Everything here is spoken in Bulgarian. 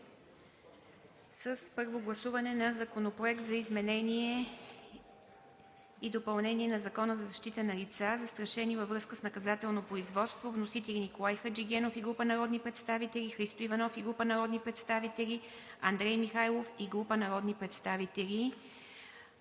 7. Първо гласуване на законопроекти за изменение и допълнение на Закона за защита на лица, застрашени във връзка с наказателно производство. Вносители са: Николай Хаджигенов и група народни представители; Христо Иванов и група народни представители; Андрей Михайлов и група народни представители